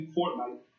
Fortnite